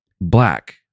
Black